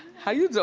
how you doing?